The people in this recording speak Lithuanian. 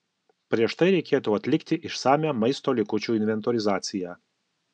prieš tai reikėtų atlikti išsamią maisto likučių inventorizacija